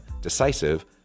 decisive